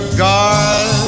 guard